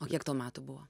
o kiek tau metų buvo